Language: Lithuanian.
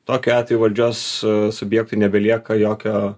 tokiu atveju valdžios subjektui nebelieka jokio